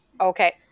okay